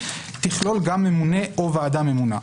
תכלול גם ממונה או ועדה ממונה.